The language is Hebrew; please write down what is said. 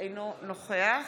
אינו נוכח